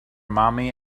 mommy